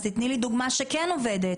תני לי דוגמה שכן עובדת.